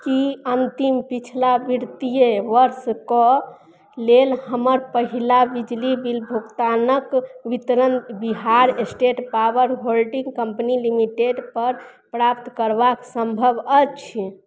कि अन्तिम पछिला वित्तीय वर्षके लेल हमर पहिला बिजली बिल भुगतानके वितरण Bihar state power holding company लिमिटेडपर प्राप्त करबाक सम्भव अछि